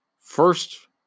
first